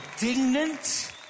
indignant